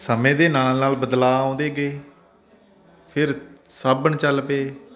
ਸਮੇਂ ਦੇ ਨਾਲ ਨਾਲ ਬਦਲਾਅ ਆਉਂਦੇ ਗਏ ਫਿਰ ਸਾਬਣ ਚੱਲ ਪਏ